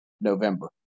November